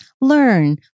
learn